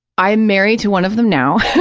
i'm married to one of them now.